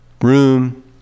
room